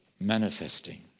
manifesting